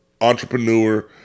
entrepreneur